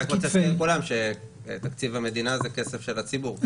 אני רק אזכיר לכולם שתקציב המדינה זה כסף של הציבור.